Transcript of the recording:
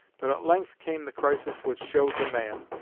but at length came the crisis which showed the man,